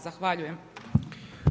Zahvaljujem.